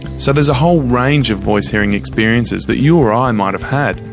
so there's a whole range of voice-hearing experiences that you or i might have had,